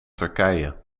turkije